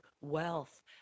wealth